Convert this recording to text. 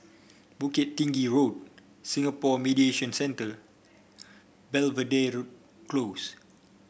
Bukit Tinggi Road Singapore Mediation Centre Belvedere Close